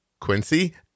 Quincy